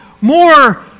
more